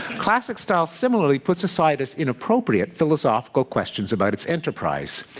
classic style similarly puts aside as inappropriate philosophical questions about its enterprise.